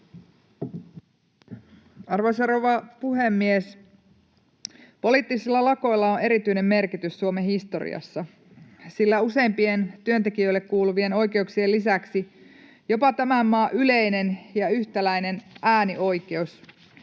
Arvoisa rouva puhemies! Poliittisilla lakoilla on erityinen merkitys Suomen historiassa, sillä useimpien työntekijöille kuuluvien oikeuksien lisäksi jopa tämän maan yleinen ja yhtäläinen äänioikeus